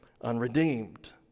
unredeemed